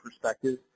perspective